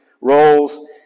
roles